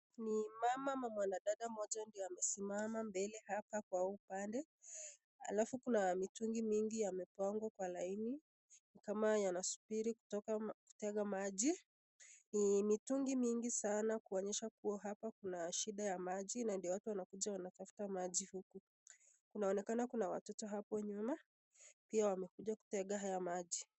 Ni mama na mwanadada mmoja wamesimama mbele hapa kwa upande. Alafu kuna mitungi mingi yamepangwa kwa laini kama yanasubiri kuteka maji. Ni mitungi mingi sanaa kuonyesha kuwa hapa kuna shida ya maji na ndio watu wanakuja wanatafuta maji. Inaonekana kuna watoto hapo nyuma na pia wamekuja kuteka haya maji